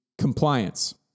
Compliance